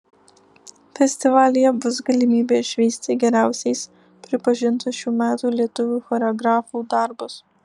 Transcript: festivalyje bus galimybė išvysti geriausiais pripažintus šių metų lietuvių choreografų darbus